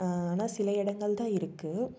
ஆனால் சில இடங்கள் தான் இருக்குது